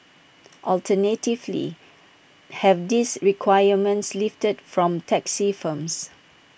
alternatively have these requirements lifted from taxi firms